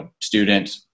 student